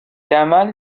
دمل